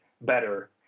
better